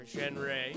genre